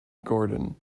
gordon